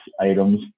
items